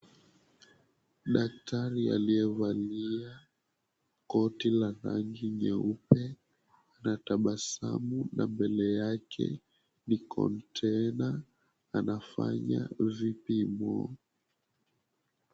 Daktari aliyevalia koti la rangi nyeupe anatabasamu na mbele yake ni container anafanya vipimo.